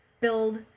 build